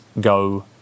go